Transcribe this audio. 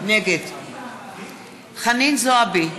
נגד חנין זועבי,